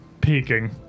peeking